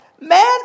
man